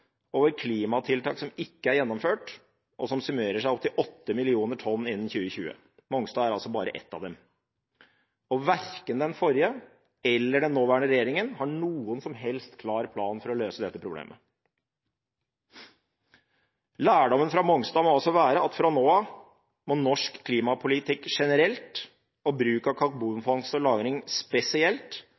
over klimatiltak som ikke er gjennomført, og som summerer seg opp til 8 millioner tonn innen 2020. Mongstad er altså bare ett av dem. Verken den forrige eller den nåværende regjeringen har noen som helst klar plan for å løse dette problemet. Lærdommen fra Mongstad må altså være at fra nå av må norsk klimapolitikk generelt og bruk av karbonfangst og -lagring spesielt